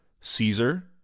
Caesar